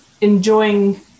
enjoying